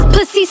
Pussy